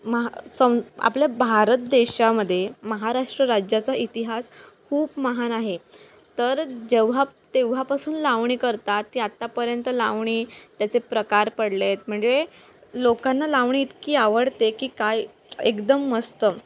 महा सम आपल्या भारत देशामध्ये महाराष्ट्र राज्याचा इतिहास खूप महान आहे तर जेव्हा तेव्हापासून लावणी करतात ती आत्तापर्यंत लावणी त्याचे प्रकार पडले आहेत म्हणजे लोकांना लावणी इतकी आवडते की काय एकदम मस्त